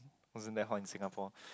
wasn't that hot in Singapore